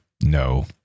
No